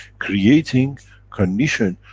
creating condition,